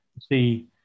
see